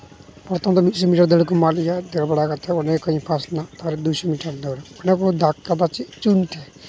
ᱯᱨᱚᱛᱷᱚᱢ ᱫᱚ ᱢᱤᱫᱥᱚ ᱢᱤᱴᱟᱨ ᱫᱟᱹᱲ ᱠᱚ ᱮᱢᱟᱜ ᱞᱮᱭᱟ ᱫᱟᱹᱲ ᱵᱟᱲᱟ ᱠᱟᱛᱮᱜ ᱚᱸᱰᱮ ᱠᱷᱚᱱᱤᱧ ᱯᱷᱟᱥᱴ ᱞᱮᱱᱟ ᱟᱨ ᱫᱩᱥᱚ ᱢᱤᱴᱟᱨ ᱫᱟᱹᱲ ᱚᱸᱰᱮ ᱠᱚ ᱫᱟᱜᱽ ᱠᱟᱫᱟ ᱪᱩᱱ ᱛᱮ